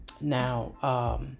Now